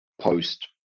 post